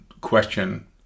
question